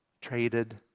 traded